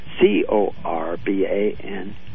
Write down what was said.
C-O-R-B-A-N